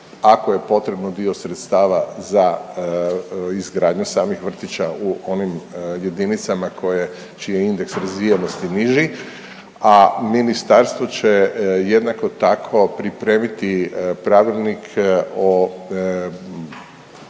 ako je potrebno, dio sredstava za izgradnju samih vrtića u onim jedinicama koje, čiji je indeks razvijenosti niži, a Ministarstvo će jednako tako pripremiti pravilnik o